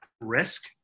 risk